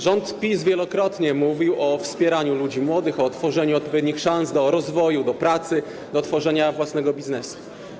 Rząd PiS wielokrotnie mówił o wspieraniu ludzi młodych, o tworzeniu odpowiednich szans do rozwoju, do pracy, do tworzenia własnego biznesu.